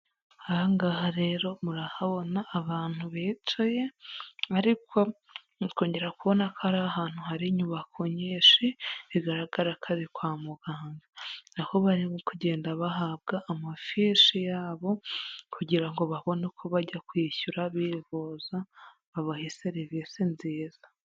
Aha ngaha rero murahabona abantu bicaye ariko mukongera kubona ko ari ahantu hari inyubako nyinshi, bigaragara ko ari kwa muganga, aho barimo kugenda bahabwa amafishi yabo kugira ngo babone uko bajya kwishyura, bivuza babahe serivisi nziza.